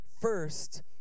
first